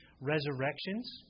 resurrections